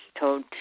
told